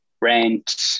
rent